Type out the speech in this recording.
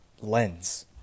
lens